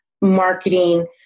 marketing